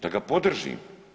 Da ga podržim.